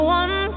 one